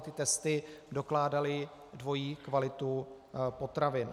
Tyto testy dokládaly dvojí kvalitu potravin.